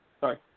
Sorry